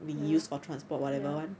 ya ya